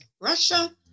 Russia